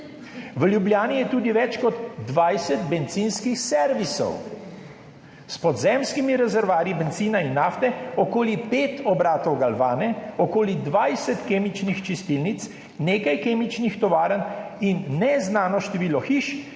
V Ljubljani je tudi več kot 20 bencinskih servisov s podzemskimi rezervoarji bencina in nafte, okoli pet obratov galvan, okoli 20 kemičnih čistilnic, nekaj kemičnih tovarn in neznano število hiš,